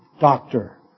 doctor